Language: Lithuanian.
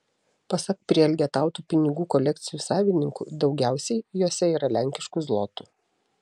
pasak prielgetautų pinigų kolekcijų savininkų daugiausiai jose yra lenkiškų zlotų